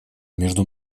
между